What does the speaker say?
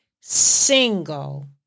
single